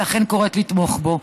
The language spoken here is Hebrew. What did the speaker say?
ולכן קוראת לתמוך בו.